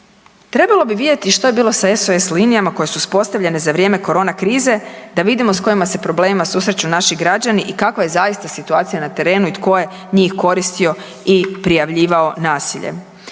Trebalo bi vidjeti što je bilo sa SOS linijama koje su uspostavljene za vrijeme korona krize da vidimo s kojim se problemima susreću naši građani i kakva je zaista situacija na terenu i tko je njih koristio i prijavljivao nasilje.